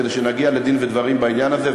כדי שנגיע לדין-ודברים בעניין הזה,